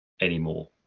anymore